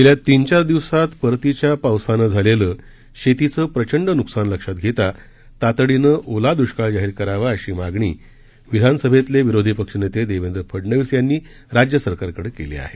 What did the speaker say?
गेल्या तीन चार दिवसात परतीच्या पावसानं झालेलं शेतीचं प्रचंड नुकसान लक्षात घेता तातडीनं ओला दुष्काळ जाहीर करावा अशी मागणी विधान सभेतले विरोधी पक्ष नेते देवेंद्र फडनवीस यांनी राज्य सरकारकडे केली आहे